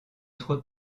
trop